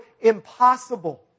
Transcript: impossible